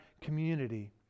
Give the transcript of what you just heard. community